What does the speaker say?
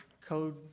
code